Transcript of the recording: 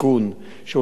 שהוא הנותן את האבטחה.